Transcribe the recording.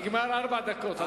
נגמרו ארבע דקות.